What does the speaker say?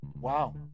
Wow